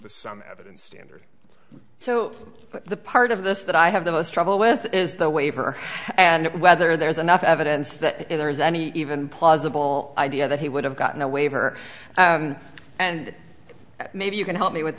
just some evidence standard so the part of this that i have the most trouble with is the waiver and whether there's enough evidence that there is any even plausible idea that he would have gotten a waiver and maybe you can help me with